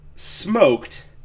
Smoked